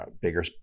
bigger